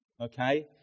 okay